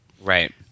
Right